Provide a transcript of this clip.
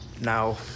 Now